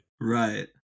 Right